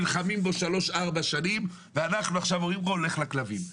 נלחמים בו 3-4 שנים ואנחנו עכשיו אומרים לו לך לכלבים.